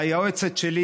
היועצת שלי,